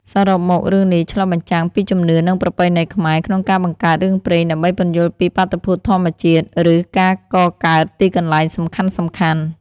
សរុបមករឿងនេះឆ្លុះបញ្ចាំងពីជំនឿ និងប្រពៃណីខ្មែរក្នុងការបង្កើតរឿងព្រេងដើម្បីពន្យល់ពីបាតុភូតធម្មជាតិ ឬការកកើតទីកន្លែងសំខាន់ៗ។